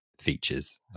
features